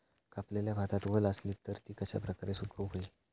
कापलेल्या भातात वल आसली तर ती कश्या प्रकारे सुकौक होई?